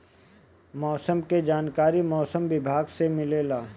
मौसम के जानकारी मौसम विभाग से मिलेला?